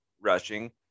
rushing